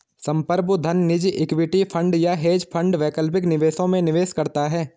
संप्रभु धन निजी इक्विटी फंड या हेज फंड वैकल्पिक निवेशों में निवेश करता है